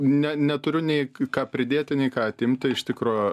ne neturiu nei ką pridėti nei ką atimti iš tikro